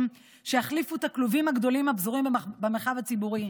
שיחליפו את הכלובים הגדולים הפזורים במרחב הציבורי.